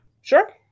Sure